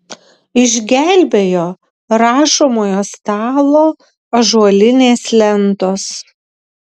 išgelbėjo rašomojo stalo ąžuolinės lentos